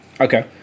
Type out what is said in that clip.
Okay